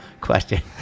question